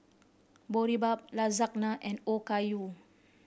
Boribap Lasagna and Okayu